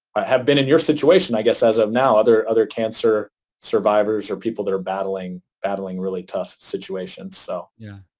have been in your situation i guess, as of now, other other cancer survivors or people that are battling battling really tough situations. hal so yeah.